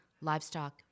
Livestock